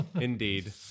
Indeed